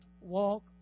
walk